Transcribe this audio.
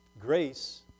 Grace